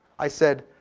i said,